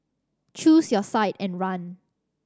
choose your side and run